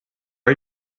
are